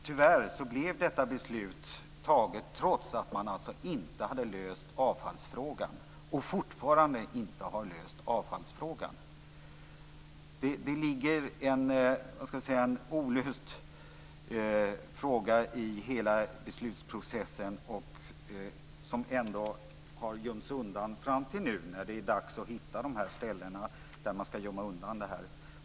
Tyvärr fattades detta beslut trots att man inte hade löst avfallsfrågan, och fortfarande är avfallsfrågan inte löst. Det ligger en olöst fråga i hela beslutsprocessen som har gömts undan fram till nu när det är dags att hitta dessa ställen där avfallet ska gömmas undan.